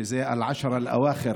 אל-עשר אל-אוואחר,